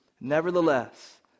Nevertheless